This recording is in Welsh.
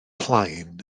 plaen